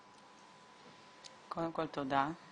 קודם כל תודה.